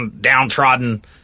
downtrodden